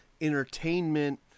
entertainment